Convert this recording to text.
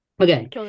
Okay